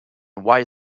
white